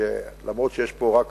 כי אף-על-פי שיש פה רק